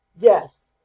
Yes